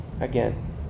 again